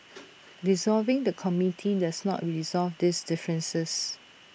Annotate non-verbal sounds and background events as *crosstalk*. *noise* dissolving the committee does not resolve these differences